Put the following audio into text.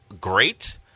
great